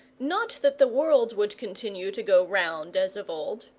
not that the world would continue to go round as of old,